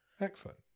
Excellent